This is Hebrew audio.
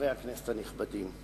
חברי הכנסת הנכבדים,